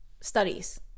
studies